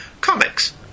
Comics